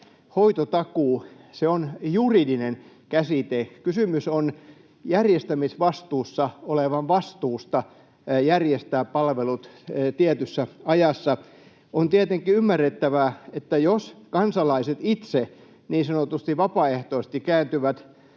hoitotakuu on juridinen käsite. Kysymys on järjestämisvastuussa olevan vastuusta järjestää palvelut tietyssä ajassa. On tietenkin ymmärrettävää, että jos kansalaiset itse niin sanotusti vapaaehtoisesti kääntyvät